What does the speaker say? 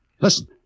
Listen